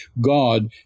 God